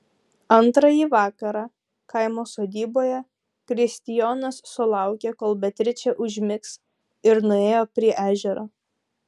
antrąjį vakarą kaimo sodyboje kristijonas sulaukė kol beatričė užmigs ir nuėjo prie ežero